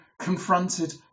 confronted